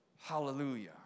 Hallelujah